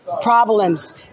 problems